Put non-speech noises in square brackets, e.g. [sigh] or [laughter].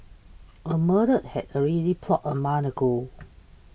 [noise] a murder had already plotted a month ago